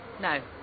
No